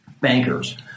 bankers